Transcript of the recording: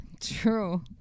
True